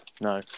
No